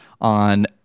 on